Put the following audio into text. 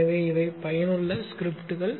எனவே இவை பயனுள்ள ஸ்கிரிப்டுகள்